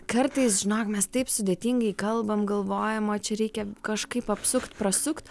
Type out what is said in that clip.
kartais žinok mes taip sudėtingai kalbam galvojam o čia reikia kažkaip apsukt prasukt